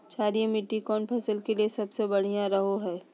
क्षारीय मिट्टी कौन फसल के लिए सबसे बढ़िया रहो हय?